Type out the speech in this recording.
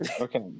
Okay